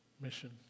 mission